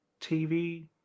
TV